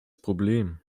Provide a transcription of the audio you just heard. problem